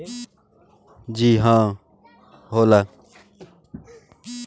बीच के किसिम वाला कअ अट्ठारह से उन्नीस माइक्रोन होला